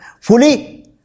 fully